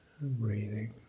breathing